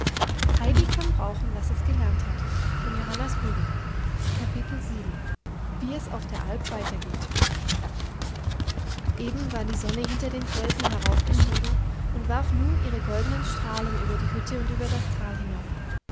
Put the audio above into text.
wie es auf der alp weitergeht eben war die sonne hinter den felsen heraufgestiegen und warf nun ihre goldenen strahlen über die hütte und über das tal hinab